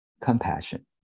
compassion